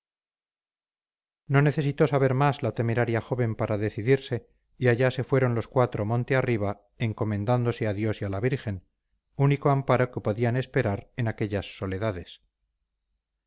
no necesitó saber más la temeraria joven para decidirse y allá se fueron los cuatro monte arriba encomendándose a dios y a la virgen único amparo que podían esperar en aquellas soledades